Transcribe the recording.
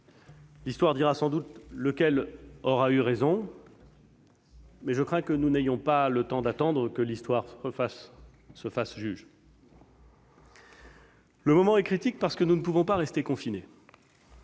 L'histoire dira sans doute lequel aura eu raison, mais je crains que nous n'ayons pas le temps d'attendre que l'histoire se fasse juge. Le moment est critique, parce que nous ne pouvons pas rester confinés.